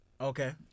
Okay